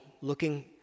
looking